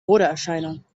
modeerscheinung